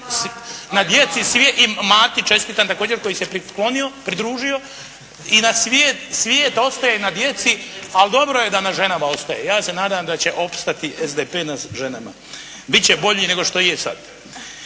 na djeci, i Mati čestitam također koji se priklonio, pridružio, i da svijet ostaje na djeci. Ali dobro je da na ženama ostaje, ja se nadam da će ostati SDP na ženama. Bit će bolji nego što je sad.